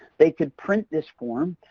they could print this form,